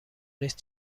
نیست